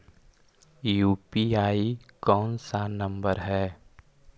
UPI कोन सा number हैं?